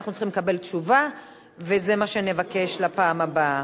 אנחנו צריכים לקבל תשובה וזה מה שנבקש לפעם הבאה.